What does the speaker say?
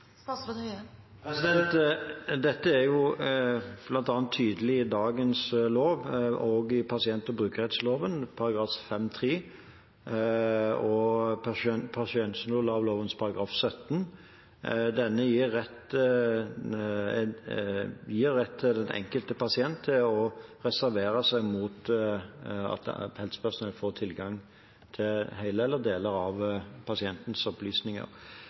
dagens lov og i pasient- og brukerrettighetsloven § 5-3 og helsepersonelloven § 17. Dette gir den enkelte pasient rett til å reservere seg mot at helsepersonell får tilgang til alt eller deler av pasientens opplysninger.